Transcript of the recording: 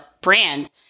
brand